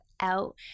out